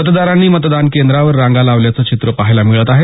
मतदारांनी मतदान केंद्रांवर रांगा लावल्याचं चित्र पहायला मिळत आहे